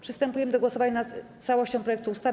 Przystępujemy do głosowania nad całością projektu ustawy.